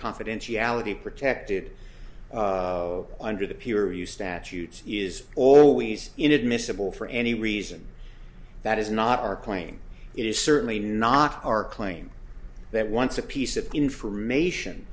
confidentiality protected under the pure use statute is always inadmissible for any reason that is not our claim it is certainly not our claim that once a piece of information